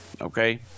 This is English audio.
okay